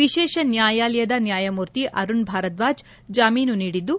ವಿಶೇಷ ನ್ಯಾಯಾಲಯದ ನ್ಯಾಯಮೂರ್ತಿ ಅರುಣ್ ಭಾರದ್ವಾಚ್ ಜಾಮೀನು ನೀಡಿದ್ದು